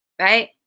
right